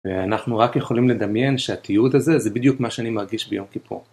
ואנחנו רק יכולים לדמיין שהתיעוד הזה זה בדיוק מה שאני מרגיש ביום כיפור.